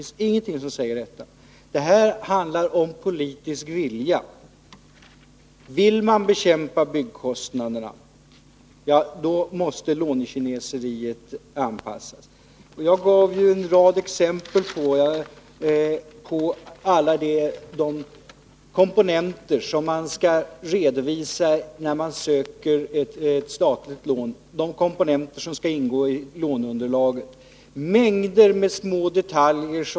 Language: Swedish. Det handlar om politisk vilja. Vill man bekämpa byggkostnaderna, måste lånekineseriet avskaffas. Jag gav en rad exempel på alla de i låneunderlaget ingående komponenter som skall redovisas, när man söker ett statligt lån. Det skall redovisas mängder med detaljer.